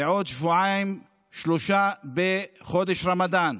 ובעוד שבועיים-שלושה בחודש רמדאן,